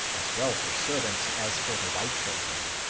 as well for servants as for the white children.